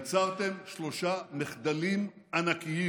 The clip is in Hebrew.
וכבר יצרתם שלושה מחדלים ענקיים.